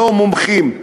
לא מומחים.